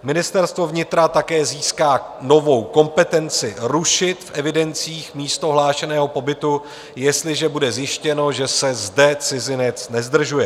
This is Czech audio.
Ministerstvo vnitra také získá novou kompetenci rušit v evidencích místo hlášeného pobytu, jestliže bude zjištěno, že se zde cizinec nezdržuje.